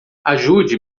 ajude